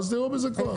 אז תראו בזה כוח.